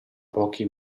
pochi